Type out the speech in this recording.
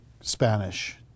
Spanish